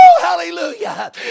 hallelujah